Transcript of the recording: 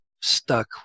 stuck